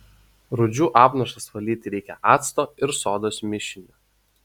rūdžių apnašas valyti reikia acto ir sodos mišiniu